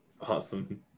Awesome